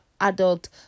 adult